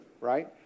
right